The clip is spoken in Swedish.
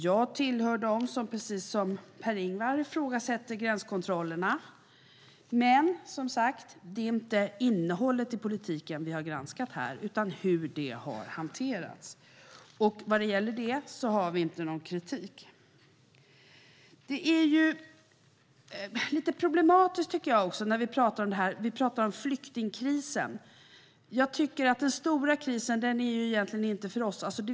Jag hör till dem som precis som Per-Ingvar ifrågasätter gränskontrollerna. Men, som sagt, det är inte innehållet i politiken vi har granskat här utan hur detta har hanterats. Vad gäller det har vi inte någon kritik. När vi pratar om det här tycker jag att det är lite problematiskt att vi pratar om "flyktingkrisen". Den stora krisen är ju egentligen inte för oss.